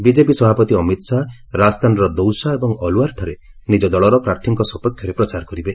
BJP ସଭାପତି ଅମିତ ଶାହା ରାଜସ୍ଥାନର ଦୌସା ଏବଂ ଅଲୱାର୍ଠାରେ ନିଜ ଦଳର ପ୍ରାର୍ଥୀଙ୍କ ସପକ୍ଷରେ ପ୍ରଚାର କରିବେ